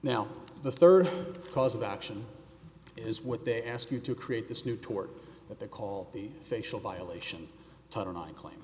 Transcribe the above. now the third cause of action is what they ask you to create this new tort what they call the facial violation tonight claim